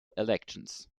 elections